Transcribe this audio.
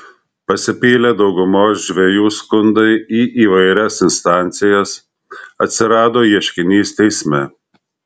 pasipylė daugumos žvejų skundai į įvairias instancijas atsirado ieškinys teisme